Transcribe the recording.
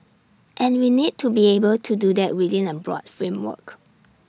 and we need to be able to do that within A broad framework